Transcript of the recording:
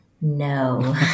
no